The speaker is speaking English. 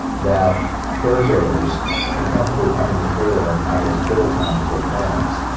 that third-graders can comfortably come in the theatre and have as good a time as their parents.